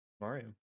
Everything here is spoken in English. Mario